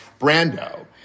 Brando